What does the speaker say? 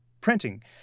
printing